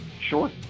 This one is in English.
Sure